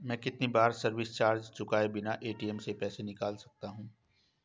मैं कितनी बार सर्विस चार्ज चुकाए बिना ए.टी.एम से पैसे निकाल सकता हूं?